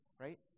Right